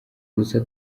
gusa